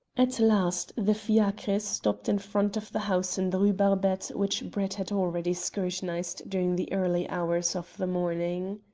at last the fiacre stopped in front of the house in the rue barbette which brett had already scrutinized during the early hours of the morning.